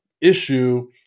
issue